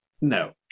No